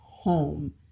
home